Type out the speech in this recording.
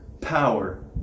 power